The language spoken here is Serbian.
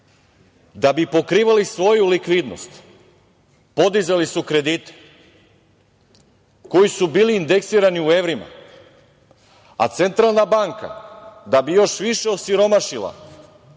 da bi pokrivali svoju likvidnost podizali su kredite koji su bili indeksirani u evrima, a Centralna banka da bi još više osiromašila